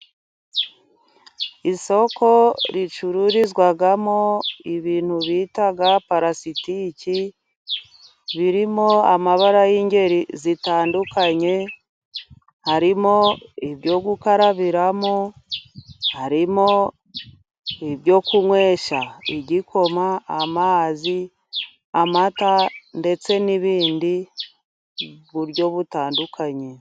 Isoko ricururizwamo ibintu bita palasitiki birimo amabara y'ingeri zitandukanye harimo ibyo gukarabiramo, harimo ibyo kunywesha igikoma, amazi, amata, ndetse n'ibindi mu buryo butandukanye.